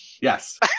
Yes